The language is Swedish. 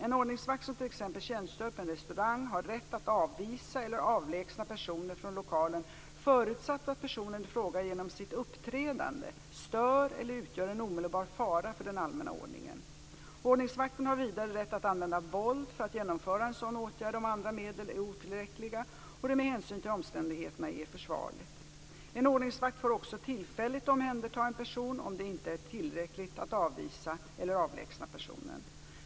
En ordningsvakt som t.ex. tjänstgör på en restaurang har rätt att avvisa eller avlägsna personer från lokalen förutsatt att personen i fråga genom sitt uppträdande stör eller utgör en omedelbar fara för den allmänna ordningen. Ordningsvakten har vidare rätt att använda våld för att genomföra en sådan åtgärd om andra medel är otillräckliga och det med hänsyn till omständigheterna är försvarligt. En ordningsvakt får också tillfälligt omhänderta en person om det inte är tillräckligt att avvisa eller avlägsna personen.